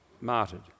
martyred